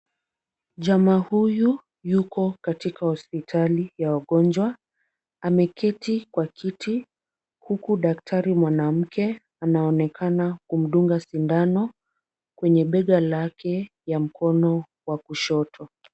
Jamaa huyu yuko katika hospitali ya wagonjwa ameketi kwa kiti huku daktari mwanamke anaonekana kumdunga sindano kwenye bega lake ya mkono wa kushoto.